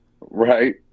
right